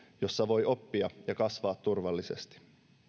jossa voi oppia ja kasvaa turvallisesti